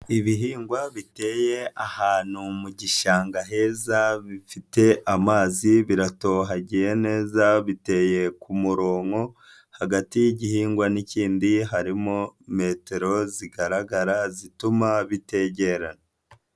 Ibihingwa biteye ahantu mu gishanga heza, bifite amazi biratohagiye neza, biteye ku murongo, hagati y'igihingwa n'ikindi harimo metero zigaragara, zituma bitegerarana.